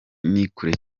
nikure